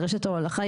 לרשת ההולכה.